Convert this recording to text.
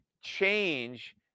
change